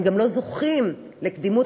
הם לא זוכים לקדימות,